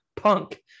Punk